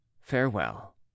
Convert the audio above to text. FAREWELL